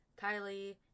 Kylie